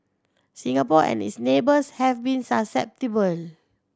Singapore and its neighbours have been susceptible